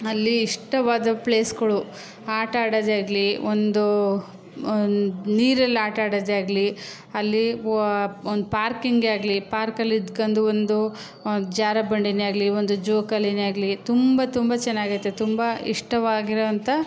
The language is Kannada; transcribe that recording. ಅಲ್ಲಿ ಇಷ್ಟವಾದ ಪ್ಲೇಸ್ಗಳು ಆಟ ಆಡೋದಾಗ್ಲಿ ಒಂದು ನೀರಲ್ಲಿ ಆಟ ಆಡೋದಾಗ್ಲಿ ಅಲ್ಲಿ ವ್ ಒಂದು ಪಾರ್ಕಿಂಗೆ ಆಗಲಿ ಪಾರ್ಕಲ್ಲಿದ್ಕೊಂಡು ಒಂದು ಜಾರುಬಂಡಿಯೇ ಆಗಲಿ ಒಂದು ಜೋಕಾಲಿಯೇ ಆಗಲಿ ತುಂಬ ತುಂಬ ಚೆನ್ನಾಗೈತೆ ತುಂಬ ಇಷ್ಟವಾಗಿರೋಂಥ